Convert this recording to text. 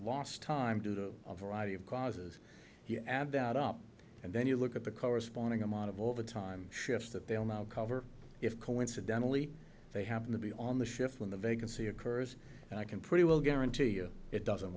last time to a variety of causes you add that up and then you look at the corresponding amount of all the time shifts that they'll now cover if coincidentally they happen to be on the shift when the vacancy occurs and i can pretty well guarantee you it doesn't